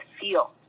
feel